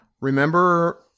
Remember